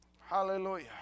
Hallelujah